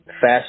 Fast